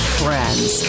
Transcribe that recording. friends